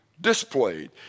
displayed